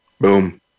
boom